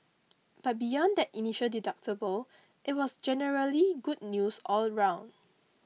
but beyond that initial deductible it was generally good news all round